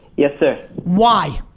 yes sir. why?